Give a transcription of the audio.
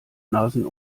nasen